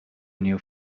new